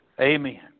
Amen